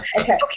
Okay